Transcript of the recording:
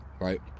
Right